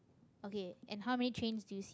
okay and how many chains do see